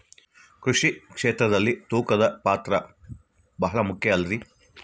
ಕೃಷಿ ಕ್ಷೇತ್ರದಲ್ಲಿ ತೂಕದ ಪಾತ್ರ ಬಹಳ ಮುಖ್ಯ ಅಲ್ರಿ?